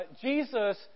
Jesus